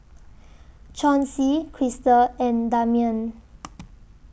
Chauncey Krystal and Damian